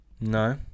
No